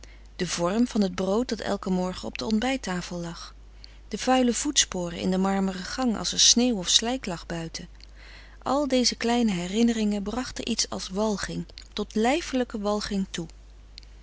de vorm van het brood dat elken morgen op de ontbijttafel lag de vuile voetsporen in den marmeren gang als er sneeuw of slijk lag buiten al deze kleine herinneringen brachten iets als walging tot lijfelijke walging toe